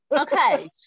Okay